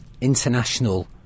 International